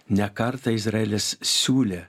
ne kartą izraelis siūlė